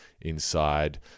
inside